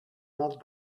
not